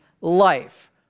life